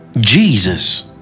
Jesus